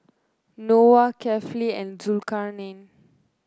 Noah Kefli and Zulkarnain